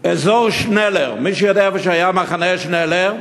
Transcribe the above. אזור שנלר, מי שיודע, איפה שהיה מחנה שנלר,